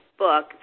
Book